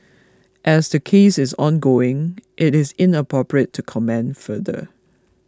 as the case is ongoing it is inappropriate to comment further